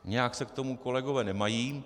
Nějak se k tomu kolegové nemají.